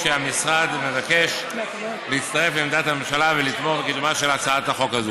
והמשרד מבקש להצטרף לעמדת הממשלה ולתמוך בקידומה של הצעת החוק הזאת.